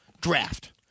draft